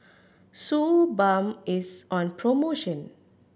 Suu Balm is on promotion